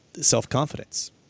self-confidence